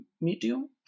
medium